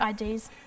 IDs